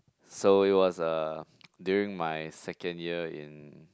so it was uh during my second year in